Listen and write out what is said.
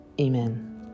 Amen